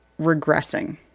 regressing